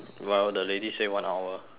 well the lady say one hour